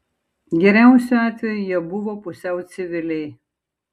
geriausiu atveju jie buvo pusiau civiliai